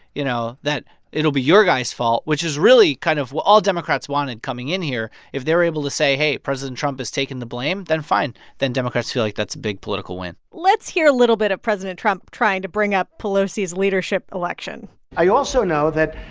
you know, that it'll be your guys' fault, which is really kind of all democrats wanted coming in here. if they're able to say, hey, president trump is taking the blame, then fine. then democrats feel like that's a big political win let's hear a little bit of president trump trying to bring up pelosi's leadership election i also know that,